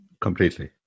Completely